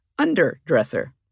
underdresser